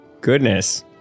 Goodness